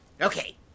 Okay